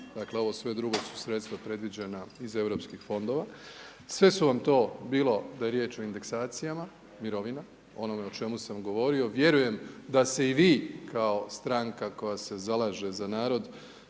dakle, sve ovo drugo su sredstva predviđena iz Europskih fondova, sve su vam to, bilo da je riječ o indeksacijama mirovinama, onome o čemu sam govorio, vjerujem da se i vi kao stranka koja se zalaže za narod,